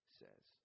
says